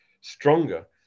stronger